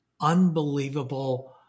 unbelievable